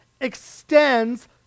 extends